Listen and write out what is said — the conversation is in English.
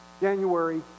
January